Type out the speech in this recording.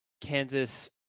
Kansas